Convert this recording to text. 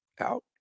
Out